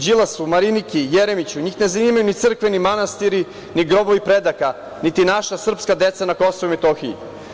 Đilasu, Mariniki, Jeremiću, njih ne zanimaju ni crkve, ni manastiri, ni grobovi predaka, niti naša srpska deca na Kosovu i Metohiji.